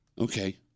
Okay